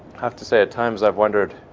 have to say at times i've wondered.